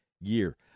year